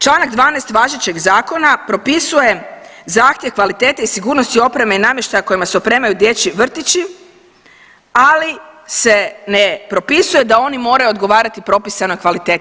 Članak 12. važećeg zakona propisuje zahtjev kvalitete i sigurnosti opreme i namještaja kojima se opremaju dječji vrtići, ali se ne propisuje da oni moraju odgovarati propisanoj kvaliteti.